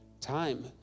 time